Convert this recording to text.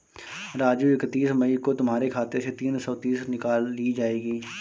राजू इकतीस मई को तुम्हारे खाते से तीन सौ तीस निकाल ली जाएगी